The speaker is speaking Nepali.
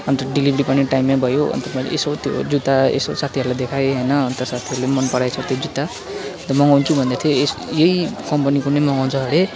अन्त डेलिभरी पनि टाइममै भयो अन्त मैले यसो त्यो जुत्ता यसो साथीहरूलाई देखाएँ होइन अन्त साथीहरूले पनि मन पराएछ त्यो जुत्ता अन्त मगाउँछु भन्दै थियो यस यही कम्पनीको नै मगाउँछ हरे